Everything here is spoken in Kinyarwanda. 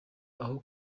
aho